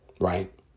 right